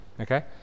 Okay